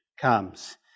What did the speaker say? comes